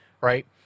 right